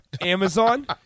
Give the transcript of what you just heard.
Amazon